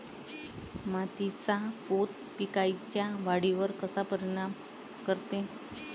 मातीचा पोत पिकाईच्या वाढीवर कसा परिनाम करते?